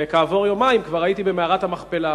וכעבור יומיים כבר הייתי במערת המכפלה,